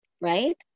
right